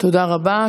תודה רבה.